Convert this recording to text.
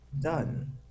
done